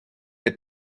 est